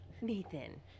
Nathan